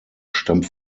stammt